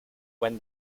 when